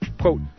quote